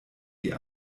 die